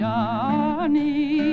Johnny